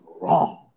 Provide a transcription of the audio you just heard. wrong